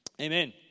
amen